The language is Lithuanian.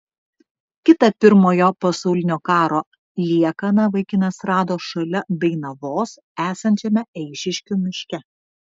kitą pirmojo pasaulinio karo liekaną vaikinas rado šalia dainavos esančiame eišiškių miške